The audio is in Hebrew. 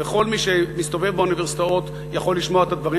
וכל מי שמסתובב באוניברסיטאות יכול לשמוע את הדברים